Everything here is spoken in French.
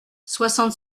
soixante